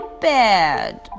bed